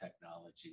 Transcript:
technology